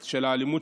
של אלימות השוטרים,